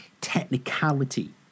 technicality